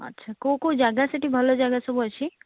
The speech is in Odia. ଆଛା କେଉଁ କେଉଁ ଜାଗା ସେଠି ଭଲ ଜାଗା ସବୁ ଅଛି